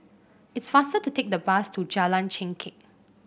it's faster to take the bus to Jalan Chengkek